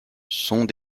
sont